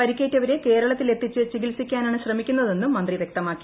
പരിക്കേറ്റവരെ കേരളത്തിലെത്തിച്ച് ചികിത്സിക്കാനാണ് ശ്രമിക്കുന്നതെന്നും മന്ത്രി വ്യക്തമാക്കി